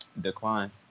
decline